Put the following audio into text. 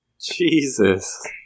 Jesus